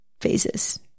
phases